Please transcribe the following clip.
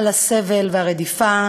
על הסבל והרדיפה,